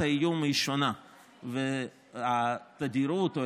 האיום היא שונה והתדירות היא שונה,